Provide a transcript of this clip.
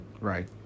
Right